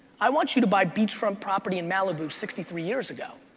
i want you to buy beachfront property in malibu sixty three years ago,